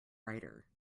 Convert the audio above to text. rider